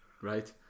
Right